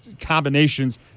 combinations